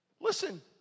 Listen